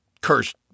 cursed